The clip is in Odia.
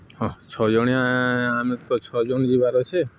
ହଁ ଛଅ ଜଣିଆ ଆମେ ତ ଛଅ ଜଣ ଯିବାର୍ ଅଛେ